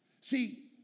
See